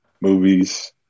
movies